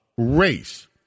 Race